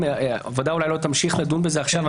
הוועדה אולי לא תמשיך לדון בזה עכשיו.